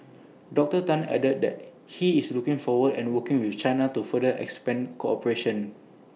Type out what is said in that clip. dr Tan added that he is looking forward to working with China to further expand cooperation